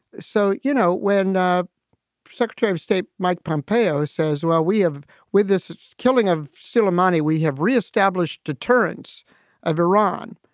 so, you know, when ah secretary of state mike pompeo says, well, we have with this killing of suleimani, we have reestablished deterrence of iran.